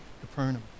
Capernaum